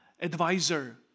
advisor